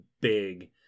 big